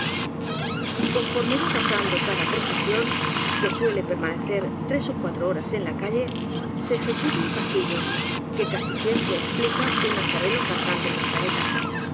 conforme va pasando cada procesión que suele permanecer tres ó cuatro horas en la calle se eje cutan pasillos que casi siempre explica un nazare no cantando una saeta